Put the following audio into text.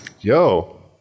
Yo